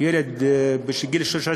ילד בגיל 13,